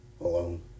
alone